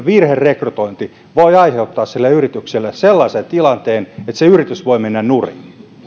virherekrytointi voi aiheuttaa sille yritykselle sellaisen tilanteen että se yritys voi mennä nurin